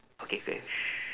okay finish